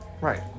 Right